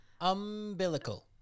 umbilical